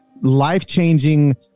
life-changing